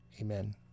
Amen